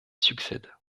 succède